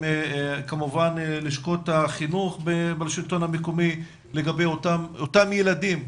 לשכות החינוך בשלטון המקומי לגבי אותם ילדים,